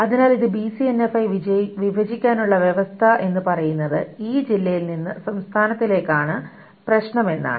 അതിനാൽ ഇത് ബിസിഎൻഎഫായി വിഭജിക്കാനുള്ള വ്യവസ്ഥ എന്ന് പറയുന്നത് ഈ ജില്ലയിൽ നിന്ന് സംസ്ഥാനത്തിലേക്കാണ് പ്രശ്നം എന്നാണ്